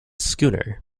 schooner